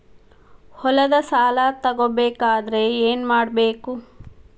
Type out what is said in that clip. ಹೊಲದ ಸಾಲ ತಗೋಬೇಕಾದ್ರೆ ಏನ್ಮಾಡಬೇಕು?